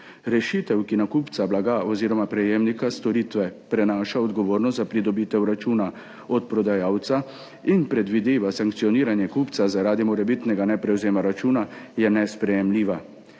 Rešitev, ki na kupca blaga oziroma prejemnika storitve prenaša odgovornost za pridobitev računa od prodajalca in predvideva sankcioniranje kupca zaradi morebitnega neprevzema računa, je nesprejemljiva.